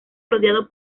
rodeado